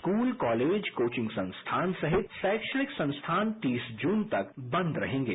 school college coaching संस्थान सहित शैक्षणिक संस्थान तीस जून तक बंद रहेंगे